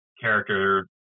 character